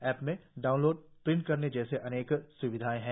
app में download print करने जैसी अनेक स्विधाएं है